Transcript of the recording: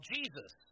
Jesus